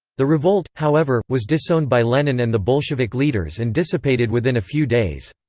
the revolt, however, was disowned by lenin and the bolshevik leaders and dissipated within a few days.